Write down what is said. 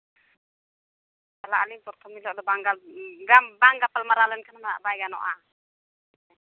ᱪᱟᱞᱟᱜ ᱟᱹᱞᱤᱧ ᱯᱨᱚᱛᱷᱚᱢ ᱦᱤᱞᱳᱜ ᱫᱚ ᱵᱟᱝ ᱜᱟᱯᱟᱞᱢᱟᱨᱟᱣ ᱞᱮᱱᱠᱷᱟᱱ ᱦᱟᱸᱜ ᱵᱟᱭ ᱜᱟᱱᱚᱜᱼᱟ